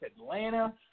Atlanta